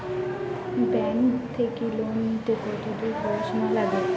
Bank থাকি loan নিলে কতদূর পড়াশুনা নাগে?